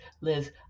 Liz